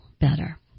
better